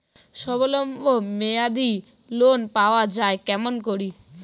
স্বল্প মেয়াদি লোন পাওয়া যায় কেমন করি?